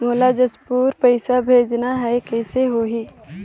मोला जशपुर पइसा भेजना हैं, कइसे होही?